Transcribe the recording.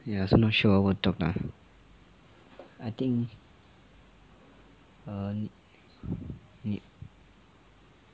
ya I also not sure of what to talk lah I think err need